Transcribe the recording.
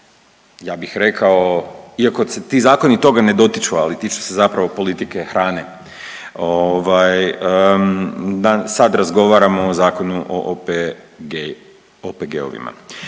ja bih rekao, iako se ti zakoni toga ne dotiču, ali tiču se zapravo politike hrane, ovaj, da sad razgovaramo o Zakonu o OPG-ovima.